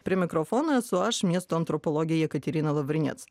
prie mikrofono esu aš miesto antropologė jekaterina lavrinec